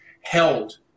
held